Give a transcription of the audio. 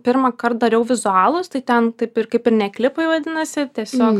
pirmąkart dariau vizualus tai ten taip ir kaip ir ne klipai vadinasi tiesiog